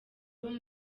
bari